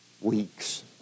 weeks